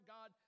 God